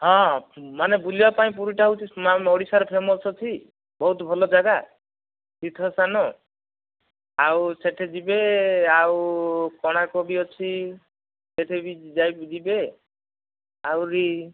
ହଁ ମାନେ ବୁଲିବା ପାଇଁ ପୁରୀଟା ହେଉଛି ମ୍ୟାମ୍ ଓଡ଼ିଶାରେ ଫେମସ୍ ଅଛି ବହୁତ ଭଲ ଜାଗା ତୀର୍ଥସ୍ଥାନ ଆଉ ସେଇଠି ଯିବେ ଆଉ କୋଣାର୍କ ବି ଅଛି ସେଇଠି ବି ଯିବେ ଆହୁରି